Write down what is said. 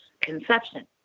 Conception